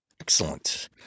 Excellent